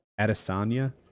Adesanya